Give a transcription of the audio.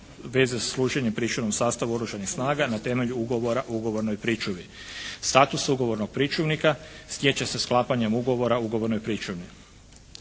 vezi sa služenjem u pričuvnom sastavu Oružanih snaga na temelju ugovora o ugovornoj pričuvi. Status ugovornog pričuvnika stječe se sklapanjem ugovora o ugovornoj pričuvi.